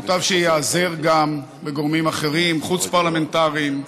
מוטב שייעזר גם בגורמים אחרים, חוץ-פרלמנטריים.